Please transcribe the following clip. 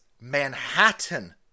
manhattan